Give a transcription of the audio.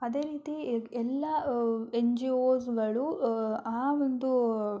ಅದೇ ರೀತಿ ಎಲ್ಲ ಎನ್ ಜಿ ಓಸ್ಗಳು ಆ ಒಂದು